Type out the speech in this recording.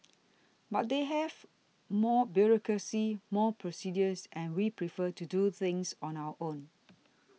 but they have more bureaucracy more procedures and we prefer to do things on our own